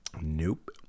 nope